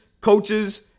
coaches